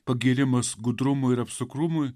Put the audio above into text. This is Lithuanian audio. pagyrimas gudrumui ir apsukrumui